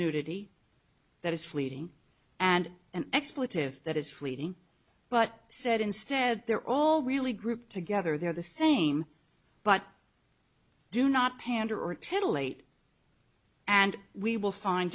nudity that is fleeting and an expletive that is fleeting but said instead they're all really grouped together they're the same but do not pander or tennille late and we will find